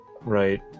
Right